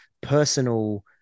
personal